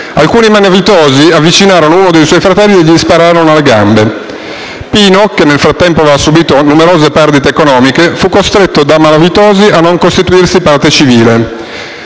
Alcuni malavitosi avvicinarono uno dei suoi fratelli e gli spararono alle gambe. Pino, che nel frattempo aveva subito numerose perdite economiche, fu costretto dai malavitosi a non costituirsi parte civile.